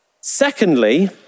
Secondly